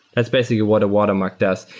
that's basically what a watermark does.